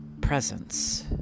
presence